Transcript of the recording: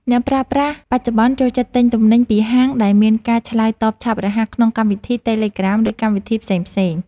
អ្នកប្រើប្រាស់បច្ចុប្បន្នចូលចិត្តទិញទំនិញពីហាងដែលមានការឆ្លើយតបឆាប់រហ័សក្នុងកម្មវិធីតេឡេក្រាម ឬកម្មវិធីផ្សេងៗ។